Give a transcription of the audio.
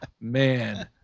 man